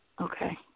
Okay